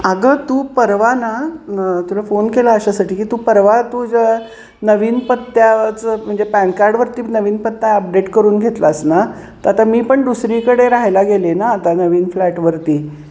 अगं तू परवा ना तुला फोन केला अशासाठी की तू परवा तू ज्या नवीन पत्त्याचं म्हणजे पॅनकार्डवरती नवीन पत्ता अपडेट करून घेतलास ना तर आता मी पण दुसरीकडे राहायला गेली ना आता नवीन फ्लॅटवरती